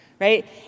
right